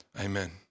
amen